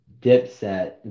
dipset